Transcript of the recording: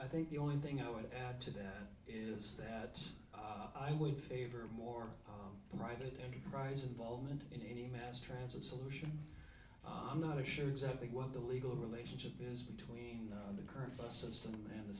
i think the only thing i would add today is that i would favor a more private enterprise involvement in any mass transit solution i'm not sure exactly what the legal relationship is between the current us system and the